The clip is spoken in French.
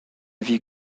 vie